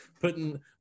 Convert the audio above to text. putting –